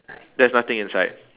there's nothing inside